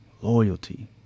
Loyalty